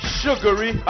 sugary